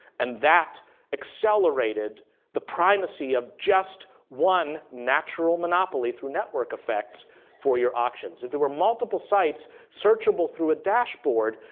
and that accelerated the primacy of just one natural monopoly through network effects for your auctions. if there were multiple sites searchable through a dashboard,